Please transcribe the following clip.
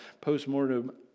Post-mortem